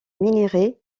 minerai